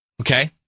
okay